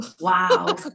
wow